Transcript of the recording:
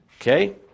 Okay